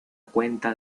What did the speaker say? cuenta